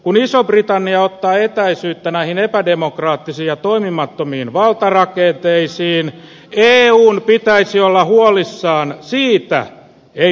kun iso britannia ottaa etäisyyttä näihin epädemokraattisiin ja toimimattomiin valtarakenteisiin eun pitäisi olla huolissaan siitä ei britannian